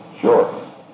Sure